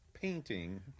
painting